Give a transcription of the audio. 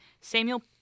Samuel